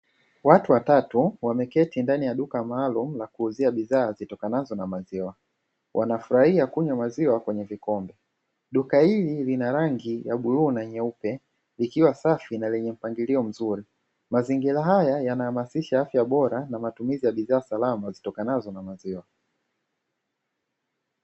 Watu watatu wameketi ndani ya duka maalumu la kuuzia bidhaa zitokanazo na maziwa, wanafurahia kunywa maziwa kwenye vikombe. Duka hili lina rangi ya bluu na nyeupe likiwa safi na lenye mpangilio mzuri, mazingira haya yanahamasisha afya bora na matumizi ya bidhaa salama, zitokanazo na maziwa.